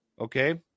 Okay